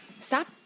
Stop